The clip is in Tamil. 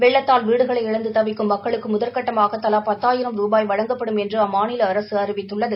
வெள்ளத்தால் வீடுகளை இழந்து தவிக்கும் மக்களுக்கு முதல்கட்டமாக தலா பத்தாயிரம் ரூபாய் வழங்கப்படும் என்று அம்மாநில அரசு அறிவித்துள்ளது